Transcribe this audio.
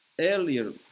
earlier